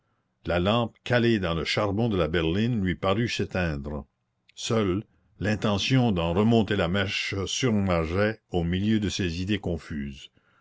la lampe calée dans le charbon de la berline lui parut s'éteindre seule l'intention d'en remonter la mèche surnageait au milieu de ses idées confuses